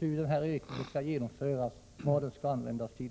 hur denna ökning skall genomföras och vad pengarna skall användas till.